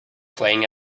playing